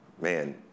man